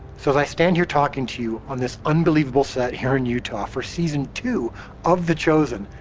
so as i stand here talking to you, on this unbelievable set here in utah, for season two of the chosen,